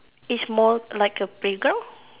it's more like a playground